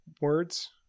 words